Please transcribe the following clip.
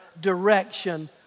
direction